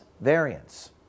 variants